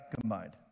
combined